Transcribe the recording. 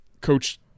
coach